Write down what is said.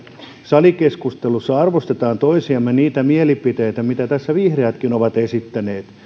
salikeskustelussa arvostetaan toisiamme ja niitä mielipiteitä joita tässä vihreätkin ovat esittäneet